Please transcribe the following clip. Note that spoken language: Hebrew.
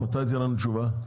מתי תהיה לנו תשובה?